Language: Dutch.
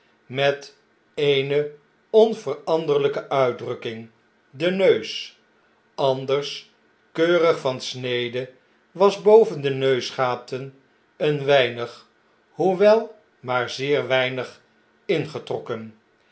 met e'ene onveranderlgke uitdrukking de neus anders keurig van snede was boven de neusgaten een weinig hoewel maar zeer weinig mgetrokken